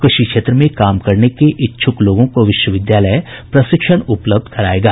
कृषि क्षेत्र में काम करने के इच्छुक लोगों को विश्वविद्यालय प्रशिक्षण उपलब्ध करायेगा